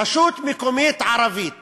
רשות מקומית ערבית